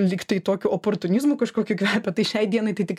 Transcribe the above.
lyg tai tokiu oportunizmu kažkokiu kvepia tai šiai dienai tai tik